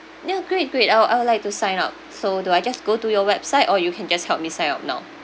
ya great great I'll I'll like to sign up so do I just go to your website or you can just help me sign up now